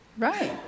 Right